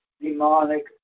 demonic